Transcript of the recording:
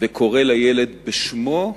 וקורא לילד בשמו,